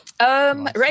Right